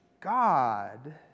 God